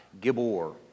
Gibor